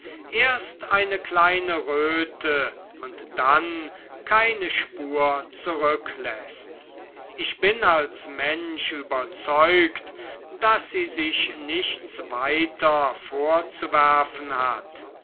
erst eine kleine röte und dann keine spur zurückläßt ich bin als mensch überzeugt daß sie sich nichts weiter vorzuwerfen hat